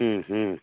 ம்ஹூம்